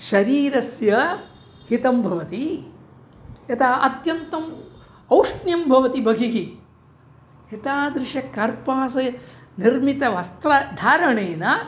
शरीरस्य हितं भवति यदा अत्यन्तम् औष्ण्यं भवति बहिः एतादृशकर्पासैः निर्मितवस्त्रधारणेन